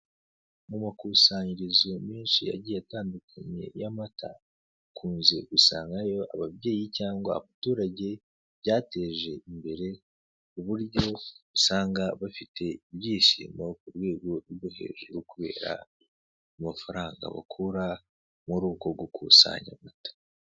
Mu makusanyirizo menshi agiye atandukanye y'amata ukunze gusanga hariyo ababyeyi cyangwa abaturage byateje imbere ku buryo usanga bafite ibyishimo ku rwego rwo hejuru kubera amafaranga bakura muri uko gukusanya amata.